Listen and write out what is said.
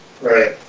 right